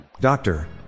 Doctor